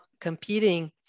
competing